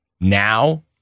now